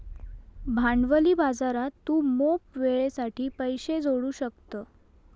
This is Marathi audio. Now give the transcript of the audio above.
भांडवली बाजारात तू मोप वेळेसाठी पैशे जोडू शकतं